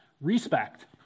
respect